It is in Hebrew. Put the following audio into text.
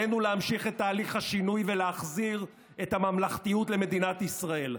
עלינו להמשיך את תהליך השינוי ולהחזיר את הממלכתיות למדינת ישראל.